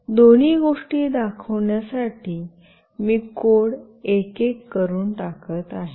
आता दोन्ही गोष्टी दाखवण्यासाठी मी कोड एकेक करून टाकत आहे